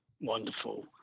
wonderful